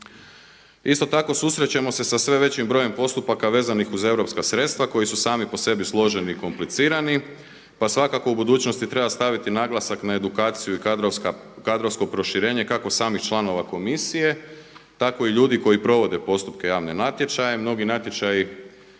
Isto tako susrećemo se sa sve većim brojem postupaka vezanih uz europska sredstva koji su sami po sebi složeni i komplicirani pa svakako u budućnosti treba staviti naglasak na edukaciju i kadrovsko proširenje kako samih članova komisije tako i ljudi koji provode postupke javne natječaje.